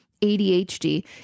ADHD